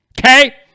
okay